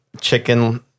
chicken